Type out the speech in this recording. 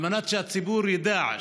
על מנת שהציבור ידע,